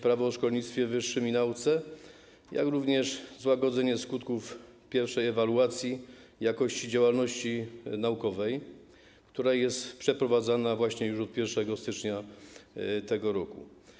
Prawo o szkolnictwie wyższym i nauce, jak również złagodzenie skutków pierwszej ewaluacji jakości działalności naukowej, która jest przeprowadzana właśnie już od 1 stycznia tego roku.